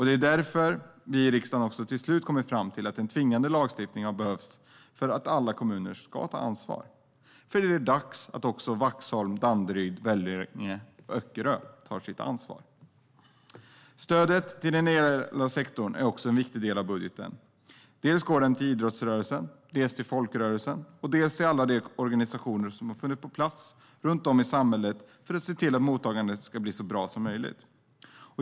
Därför har vi i riksdagen till slut kommit fram till att en tvingande lagstiftning behövs för att alla kommuner ska ta ansvar. Det är dags att också Vaxholm, Danderyd, Vellinge och Öckerö tar sitt ansvar. Stödet till den ideella sektorn är också en viktig del av budgeten. Det går dels till idrottsrörelsen, dels till folkbildningsrörelsen och dels till alla organisationer som funnits på plats runt om i samhället för att se till att mottagandet ska bli så bra som möjligt.